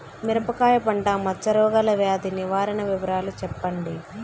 మిరపకాయ పంట మచ్చ రోగాల వ్యాధి నివారణ వివరాలు చెప్పండి?